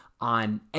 on